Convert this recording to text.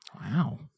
Wow